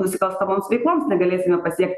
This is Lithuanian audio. nusikalstamoms veikoms negalėsim pasiekt